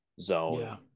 zone